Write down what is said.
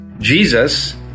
Jesus